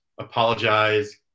apologize